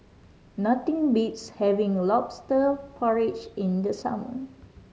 nothing beats having Lobster Porridge in the summer